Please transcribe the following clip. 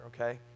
okay